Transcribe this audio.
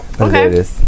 Okay